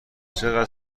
چقدر